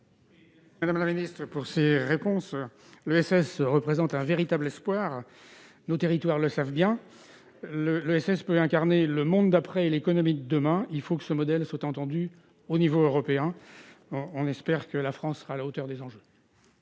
madame la secrétaire d'État, de ces réponses. L'ESS représente un véritable espoir. Nos territoires le savent bien. L'ESS peut incarner le monde d'après et l'économie de demain. Il faut que ce modèle soit étendu à l'échelon européen. On espère que la France sera à la hauteur des enjeux.